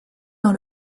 dans